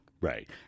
Right